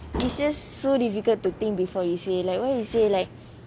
it's just so difficult to think before you say like what you say like